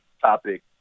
topic